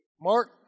Mark